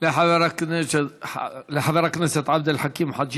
לחבר הכנסת עבד אל חכים חאג'